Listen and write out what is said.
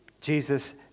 Jesus